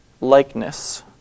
likeness